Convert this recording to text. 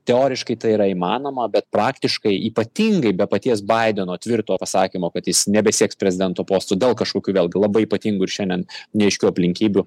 teoriškai tai yra įmanoma bet praktiškai ypatingai be paties baideno tvirto pasakymo kad jis nebesieks prezidento posto dėl kažkokių vėlgi labai ypatingų ir šiandien neaiškių aplinkybių